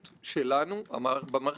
אומר מה שקיפות יכולה לעשות.